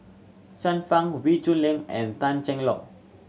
Xiu Fang Wee Shoo Leong and Tan Cheng Lock